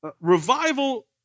revival